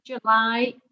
July